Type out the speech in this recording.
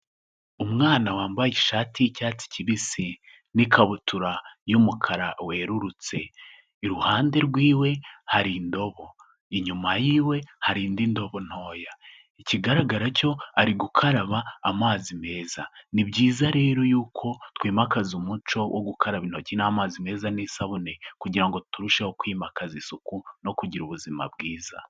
Umwana wambaye ishati y'icyatsi kibisi n'ikabutura y'umukara werurutse, iruhande rwiwe hari indobo, inyuma yiwe hari indi ndobo ntoya, ikigaragara cyo ari gukaraba amazi meza, ni byiza rero yuko twimakaza umuco wo gukaraba intoki n'amazi meza n'isabune kugira ngo ngo turusheho kwimakaza isuku no kugira ubuzima bwiza.